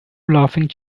laughing